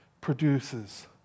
produces